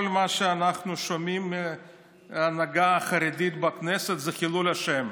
כל מה שאנחנו שומעים מההנהגה החרדית בכנסת זה חילול השם.